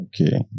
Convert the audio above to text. Okay